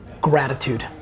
Gratitude